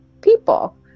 people